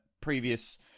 previous